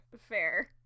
Fair